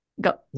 Go